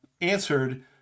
answered